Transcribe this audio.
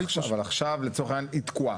אבל עכשיו, לצורך העניין, היא תקועה.